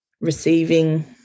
receiving